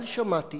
אבל שמעתי